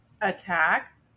attack